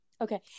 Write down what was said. Okay